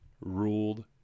ruled